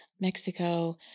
Mexico